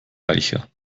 reicher